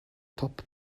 top